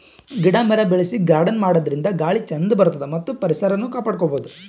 ಗಿಡ ಮರ ಬೆಳಸಿ ಗಾರ್ಡನ್ ಮಾಡದ್ರಿನ್ದ ಗಾಳಿ ಚಂದ್ ಬರ್ತದ್ ಮತ್ತ್ ಪರಿಸರನು ಕಾಪಾಡ್ಕೊಬಹುದ್